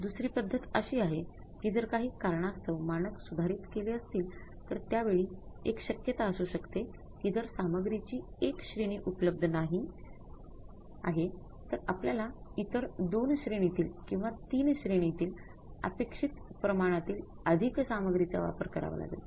दुसरी पद्धत अशी आहे कि जर काही कारणास्तव मानक सुधारित केले असतील तर त्यावेळी एक शक्यता असू शकते कि जर सामग्रीची एक श्रेणी उपलब्ध नाही आहे तर आपल्याला इतर २ श्रेणीतील किंवा ३ श्रेणीतील अपेक्षित प्रमाणातील अधिक सामग्रीचा वापर करावा लागेल